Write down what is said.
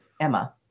Emma